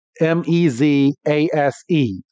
M-E-Z-A-S-E